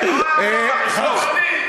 מבקשים שתפסיק,